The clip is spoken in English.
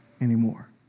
anymore